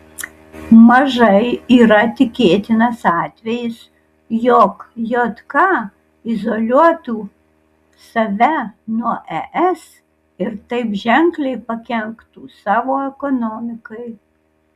mažai yra tikėtinas atvejis jog jk izoliuotų save nuo es ir taip ženkliai pakenktų savo ekonomikai